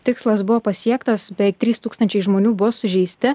tikslas buvo pasiektas beveik trys tūkstančiai žmonių buvo sužeisti